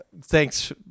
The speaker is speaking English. thanks